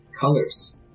Colors